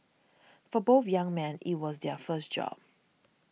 for both young men it was their first job